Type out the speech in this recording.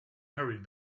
hurried